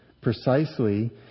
Precisely